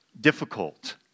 difficult